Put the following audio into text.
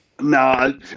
no